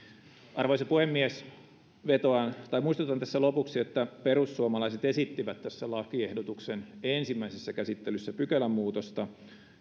arvoisa puhemies muistutan tässä lopuksi että perussuomalaiset esittivät lakiehdotuksen ensimmäisessä käsittelyssä pykälämuutosta